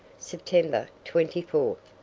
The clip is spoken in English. september twenty fourth,